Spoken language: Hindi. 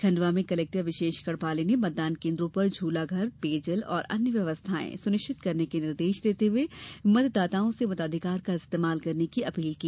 खंडवा में कलेक्टर विशेष गढ़पाले ने मतदान केन्द्रों पर झूलाघर पेयजल और अन्य व्यवस्थाएं सुनिश्चित करने के निर्देश देते हुए मतदाताओं से मताधिकार का इस्तेमाल करने की अपील की